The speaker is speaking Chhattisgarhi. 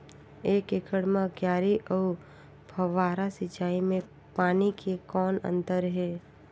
एक एकड़ म क्यारी अउ फव्वारा सिंचाई मे पानी के कौन अंतर हे?